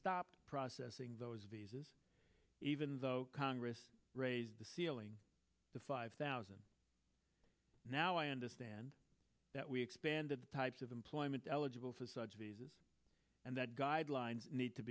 stopped processing those visas even though congress raise the ceiling the five thousand now i understand that we expanded the types of employment eligible for such visas and that guidelines need to